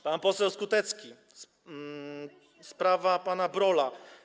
Pan poseł Skutecki - sprawa pana Brolla.